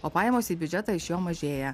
o pajamos į biudžetą iš jo mažėja